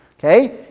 Okay